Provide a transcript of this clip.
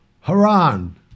Haran